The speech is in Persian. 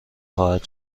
خواهد